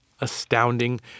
astounding